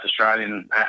Australian